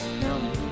no